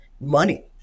money